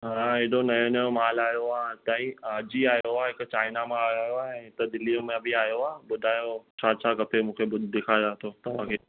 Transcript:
हा एॾो नयो नयो माल आयो आहे त ई अॼु ई आयो आहे हिकु चाइना मां आयो आहे ऐं हिकु दिल्लीअ मां बि आयो आहे ॿुधायो छा छा खपे मूंखे ॾिखारियां थो तव्हांखे